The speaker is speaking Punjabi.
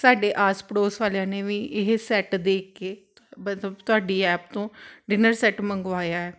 ਸਾਡੇ ਆਸ ਪੜੋਸ ਵਾਲਿਆਂ ਨੇ ਵੀ ਇਹ ਸੈਟ ਦੇਖ ਕੇ ਮਤਲਬ ਤੁਹਾਡੀ ਐਪ ਤੋਂ ਡਿਨਰ ਸੈਟ ਮੰਗਵਾਇਆ